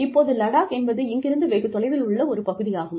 இப்போது லடாக் என்பது இங்கிருந்து வெகு தொலைவில் உள்ள ஒரு பகுதியாகும்